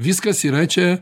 viskas yra čia